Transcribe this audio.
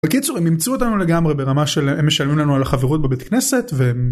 בקיצור, הם אימצו אותנו לגמרי ברמה שהם משלמים לנו על החברות בבית כנסת ו...